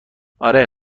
آره